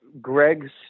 Greg's